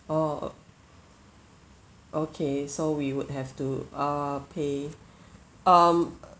orh okay so we would have to err pay um